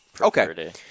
okay